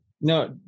no